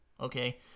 okay